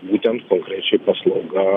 būtent konkrečiai paslauga